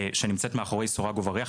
שנמצאת מאחורי סורג ובריח,